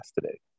today